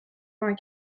vingt